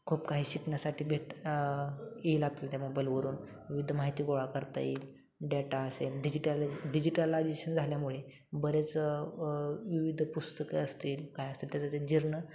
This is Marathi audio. खूप काही शिकण्यासाठी भेट येईल आपल्याला त्या मोबाईलवरून विविध माहिती गोळा करता येईल डेटा असेल डिजिटला डिजिटलायजेशन झाल्यामुळे बरेच विविध पुस्तकं असतील काय असतील त्याच्या ते जीर्ण